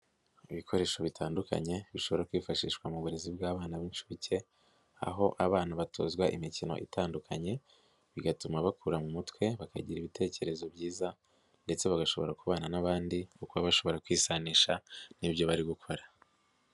Ibikoresho bitandukanye bishobora kwifashishwa mu burezi bw'abana b'inshuke aho abana batozwa imikino itandukanye bigatuma bakura mu mutwe, bakagira ibitekerezo byiza ndetse bagashobora kubana n'abandi kuko baba bashobora kwisanisha n'ibyo bari gukora.